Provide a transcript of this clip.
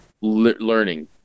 learning